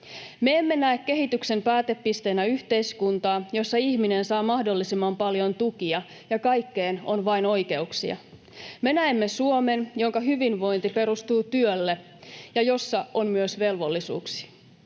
Me emme näe kehityksen päätepisteenä yhteiskuntaa, jossa ihminen saa mahdollisimman paljon tukia ja kaikkeen on vain oikeuksia. Me näemme Suomen, jonka hyvinvointi perustuu työlle ja jossa on myös velvollisuuksia